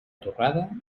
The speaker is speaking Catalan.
torrada